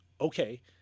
okay